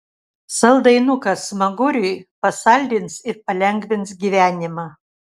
saldainukas smaguriui pasaldins ir palengvins gyvenimą